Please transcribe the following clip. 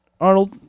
arnold